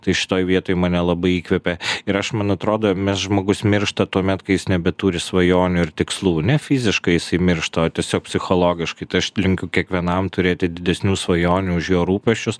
tai šitoj vietoj mane labai įkvėpė ir aš man atrodo mes žmogus miršta tuomet kai jis nebeturi svajonių ir tikslų ne fiziškai jisai miršta o tiesiog psichologiškai tai aš linkiu kiekvienam turėti didesnių svajonių už jo rūpesčius